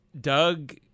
Doug